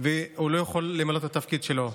והוא לא יכול למלא את התפקיד שלו.